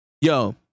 Yo